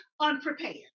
unprepared